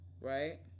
right